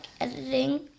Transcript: editing